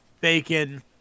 bacon